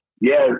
Yes